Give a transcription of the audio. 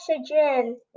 oxygen